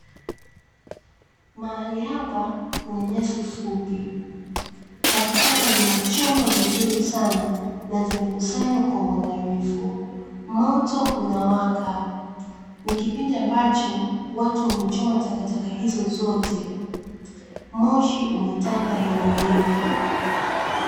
Mahali hapa kuna nyasi fupi. Takataka zinachomwa vizuri sana na zimekusanywa kwa uangalifu, moto unawaka. Ni kipindi ambacho watu wamechoma takataka hizo zote, moshi umetanda eneo hili.